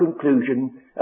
conclusion